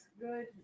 Good